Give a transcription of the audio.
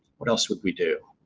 what else would we do?